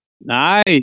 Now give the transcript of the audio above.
nice